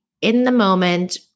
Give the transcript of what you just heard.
in-the-moment